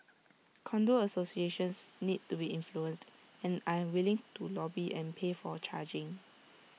condo associations need to be influenced and I am willing to lobby and pay for charging